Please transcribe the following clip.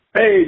Hey